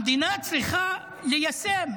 המדינה צריכה ליישם,